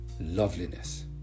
loveliness